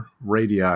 radii